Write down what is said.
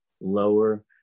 lower